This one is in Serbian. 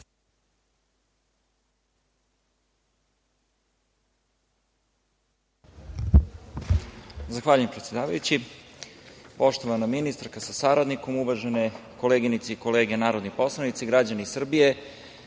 Zahvaljujem, predsedavajući. Poštovana ministarka sa saradnikom, uvažene koleginice i kolege narodni poslanici, građani Srbije,